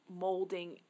molding